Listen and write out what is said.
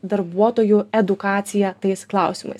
darbuotojų edukacija tais klausimais